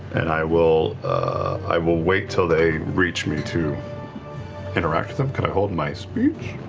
and i will i will wait till they reach me to interact with them. can i hold my speech,